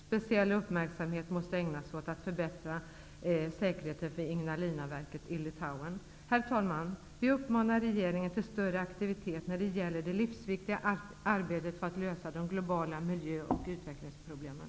Speciell uppmärksamhet måste ägnas att förbättra säkerheten för Ignalinaverket i Herr talman! Vi uppmanar regeringen till större aktivitet när det gäller det livsviktiga arbetet för att lösa de globala miljö och utvecklingsproblemen.